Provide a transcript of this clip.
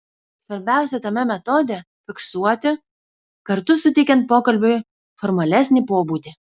svarbiausia tame metode fiksuoti kartu suteikiant pokalbiui formalesnį pobūdį